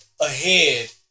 ahead